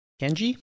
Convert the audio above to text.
Kenji